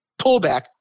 pullback